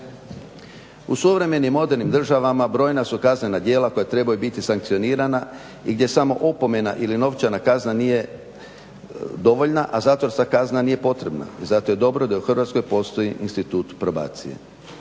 U suvremenim modernim državama brojna su kaznena djela koja trebaju biti sankcionirana i gdje samo opomena ili novčana kazna nije dovoljna, a zatvorska kazna nije potrebna i zato je dobro da u Hrvatskoj postoji institut probacije.